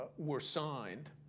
were signed,